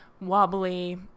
wobbly